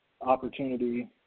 opportunity